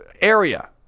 area